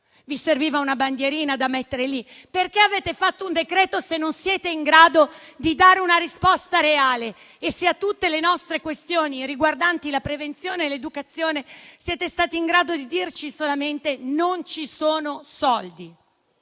Vi serviva mettere una bandierina? Perché avete fatto un decreto-legge se non siete in grado di dare una risposta reale? A tutte le nostre questioni riguardanti la prevenzione e l'educazione siete stati in grado di dirci solamente che non ci sono soldi.